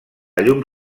llum